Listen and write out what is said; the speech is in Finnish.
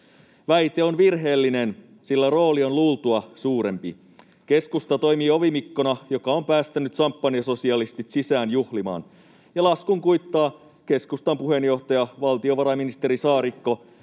Väite on virheellinen, sillä rooli on luultua suurempi: keskusta toimii ovimikkona, joka on päästänyt samppanjasosialistit sisään juhlimaan, ja laskun kuittaa keskustan puheenjohtaja, valtiovarainministeri Saarikko,